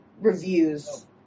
reviews